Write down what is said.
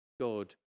God